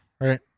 right